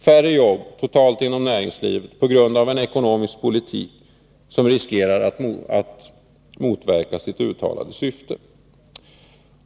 Färre jobb totalt inom näringslivet på grund av en ekonomisk politik som riskerar att motverka sitt uttalade syfte.